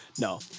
no